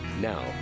Now